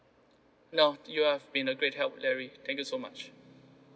no you have been a great help larry thank you so much